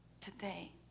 today